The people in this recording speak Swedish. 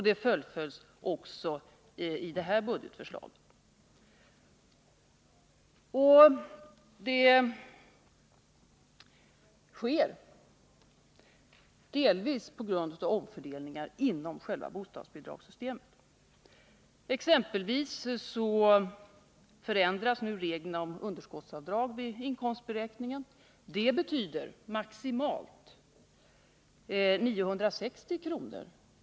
Detta fullföljs också i det nu aktuella budgetförslaget, och det sker delvis på grund av omfördelningar inom själva bostadsbidragssystemet. Så förändras exempelvis reglerna om underskottsavdrag vid inkomstberäkningen. Det betyder maximalt 960 kr.